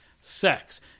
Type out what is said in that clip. Sex